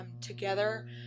together